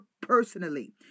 personally